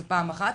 זאת שאלה אחת.